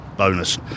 bonus